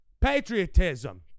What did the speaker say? patriotism